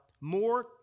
more